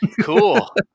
cool